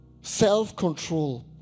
Self-control